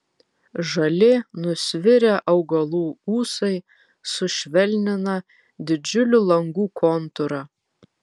žali nusvirę augalų ūsai sušvelnina didžiulių langų kontūrą